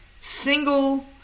single